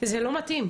זה לא מתאים.